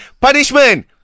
Punishment